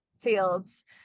fields